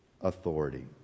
authority